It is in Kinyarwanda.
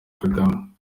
kagame